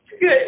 Good